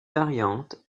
variantes